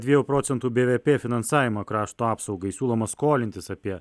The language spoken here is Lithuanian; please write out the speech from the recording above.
dviejų procentų bvp finansavimą krašto apsaugai siūloma skolintis apie